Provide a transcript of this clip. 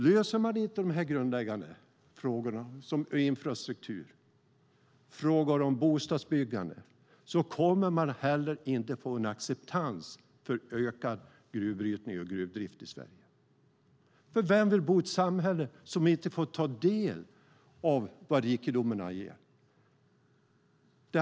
Löser man inte de här grundläggande frågorna om infrastruktur och bostadsbyggande kommer man inte heller att få någon acceptans för ökad gruvbrytning och gruvdrift i Sverige. Vem vill bo i ett samhälle som inte får ta del av det som rikedomarna ger?